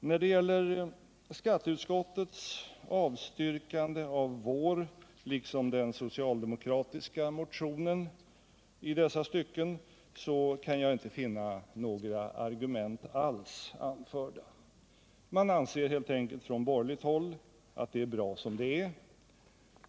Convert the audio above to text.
När det gäller skatteutskottets avstyrkande av vår motion, liksom av den socialdemokratiska motionen, i dessa stycken kan jag inte finna några argument alls anförda. Man anser helt enkelt från borgerligt håll att det är bra som det är.